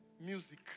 music